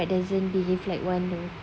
but doesn't behave like one though